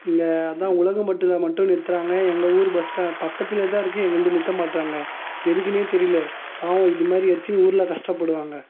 இங்கே அதான் உலகம் பட்டில் மட்டும் நிறுத்துறாங்க எங்கள் ஊர் பஸ் ஸ்டாப் பக்கத்துலையே தான் இருக்கு எங்களது நிறுத்த மாட்டுறாங்க எதுக்குனே தெரியல பாவம் இதுமாதிரி எத்தனை ஊரில் கஷ்டப்படுவாங்க